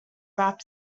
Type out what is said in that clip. rap